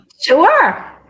sure